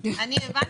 אני הבנתי.